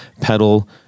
pedal